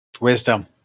wisdom